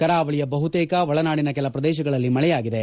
ಕರಾವಳಿಯ ಬಹುತೇಕ ಒಳನಾಡಿನ ಕೆಲ ಪ್ರದೇಶಗಳಲ್ಲಿ ಮಳೆಯಾಗಿದೆ